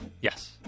Yes